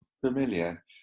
familiar